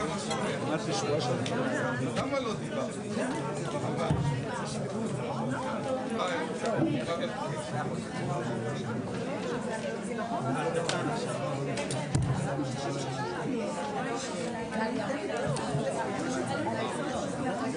ננעלה בשעה 14:04.